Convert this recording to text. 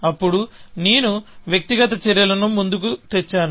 అప్పుడు నేను వ్యక్తిగత చర్యలను ముందుకు తెచ్చాను